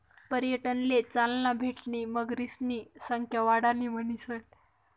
पर्यटनले चालना भेटणी मगरीसनी संख्या वाढणी म्हणीसन